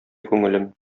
күңелем